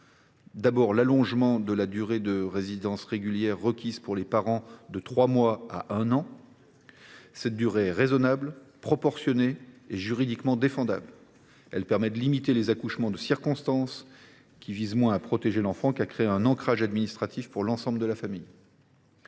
mois à un an de la durée de résidence régulière requise pour les parents. Cette durée est raisonnable, proportionnée et juridiquement défendable : elle permet de limiter les accouchements de circonstance, qui visent moins à protéger l’enfant qu’à créer un ancrage administratif pour l’ensemble de la famille.